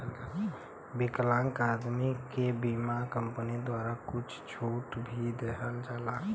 विकलांग आदमी के बीमा कम्पनी द्वारा कुछ छूट भी देवल जाला